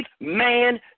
man